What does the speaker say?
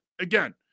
again